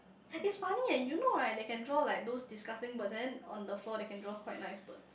it's funny eh you know right they can draw like those disgusting birds and then on the floor they can draw quite nice birds